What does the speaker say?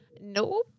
Nope